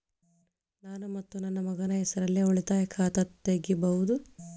ನಾನು ಮತ್ತು ನನ್ನ ಮಗನ ಹೆಸರಲ್ಲೇ ಉಳಿತಾಯ ಖಾತ ತೆಗಿಬಹುದ?